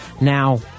Now